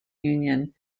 union